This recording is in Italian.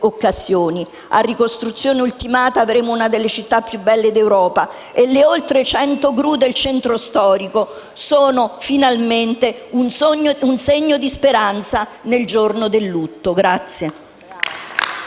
tempo. A ricostruzione ultimata avremo una delle città più belle d'Europa. E le oltre 100 gru del centro storico sono un segno di speranza nel giorno del lutto. Noi